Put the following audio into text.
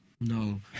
no